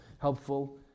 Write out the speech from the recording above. helpful